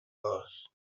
dos